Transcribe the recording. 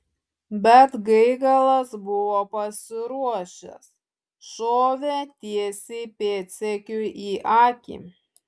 bet gaigalas buvo pasiruošęs šovė tiesiai pėdsekiui į akį